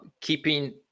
keeping